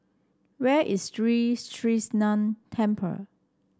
where is Sri Krishnan Temple